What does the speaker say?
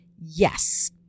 yes